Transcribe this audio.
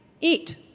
Eat